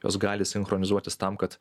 jos gali sinchronizuotis tam kad